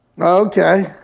Okay